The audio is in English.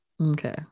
Okay